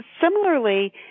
similarly